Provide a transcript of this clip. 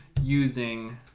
using